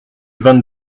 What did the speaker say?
vingt